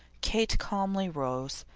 kate calmly arose,